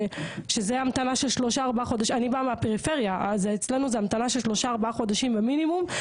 אני באה מהפריפריה אז אצלנו זה המתנה של 3-4 חודשים במינימום,